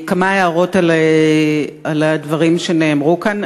כמה הערות על הדברים שנאמרו כאן.